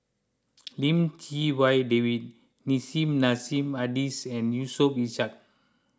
Lim Chee Wai David Nissim Nassim Adis and Yusof Ishak